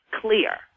clear